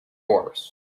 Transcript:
horse